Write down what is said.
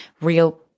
real